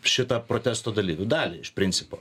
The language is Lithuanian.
šitą protesto dalyvių dalį iš principo